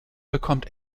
bekommt